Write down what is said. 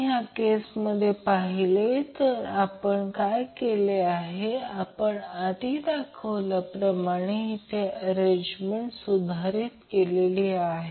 तर Y ∆ नमुना जो आपण तेथे DC सर्किटवर दाखवला आहे तो तेथे रेजिस्टन्स होता हा एमपीडन्स आहे